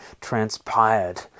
transpired